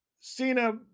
Cena